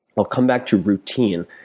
i'll come back to routine.